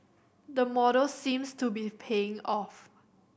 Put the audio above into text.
the model seems to be paying off